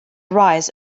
rise